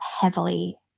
heavily